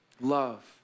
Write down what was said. love